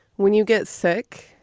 when you get sick,